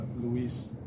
Luis